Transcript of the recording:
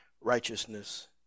righteousness